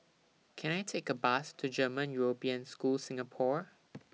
Can I Take A Bus to German European School Singapore